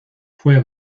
fue